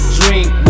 drink